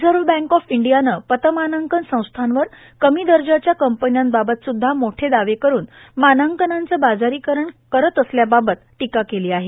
reserve bank of इंडियानं पतमानांकन संस्थांवर कमी दर्जाच्या कंपन्यांबाबतस्दघा मोठे दावे करून मानांकनांचं बाजारीकरण करत असल्याबददल टीका केली आहे